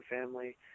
family